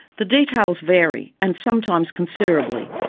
the details vary, and sometimes considerably,